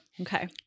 Okay